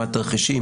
מה התרחישים,